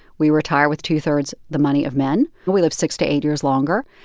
we retire with two-thirds the money of men, but we live six to eight years longer.